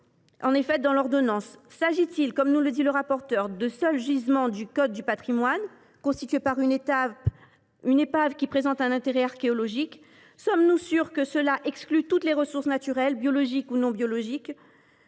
mentionnée dans l’ordonnance ? S’agit il, comme nous le dit M. le rapporteur, des seuls gisements au sens du code du patrimoine, c’est à dire constitués « par une épave qui présente un intérêt archéologique »? Sommes nous sûrs que cela exclut toutes les ressources naturelles, biologiques ou non biologiques,